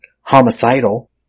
homicidal